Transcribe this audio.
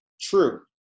true